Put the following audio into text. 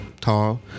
tall